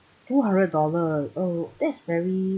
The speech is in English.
two hundred dollar oh that's very